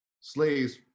Slaves